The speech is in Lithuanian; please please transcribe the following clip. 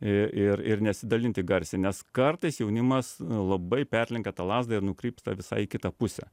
ir ir ir nesidalinti garsiai nes kartais jaunimas labai perlenkia tą lazdą ir nukrypsta visai į kitą pusę